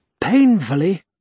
painfully